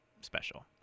special